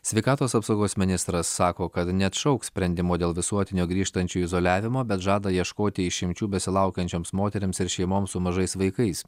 sveikatos apsaugos ministras sako kad neatšauks sprendimo dėl visuotinio grįžtančiųjų izoliavimo bet žada ieškoti išimčių besilaukiančioms moterims ir šeimoms su mažais vaikais